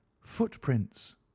footprints